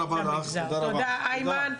תודה איימן,